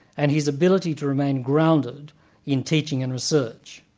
and his ability to remain grounded in teaching and research,